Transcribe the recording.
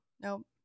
Nope